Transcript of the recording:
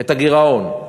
את הגירעון.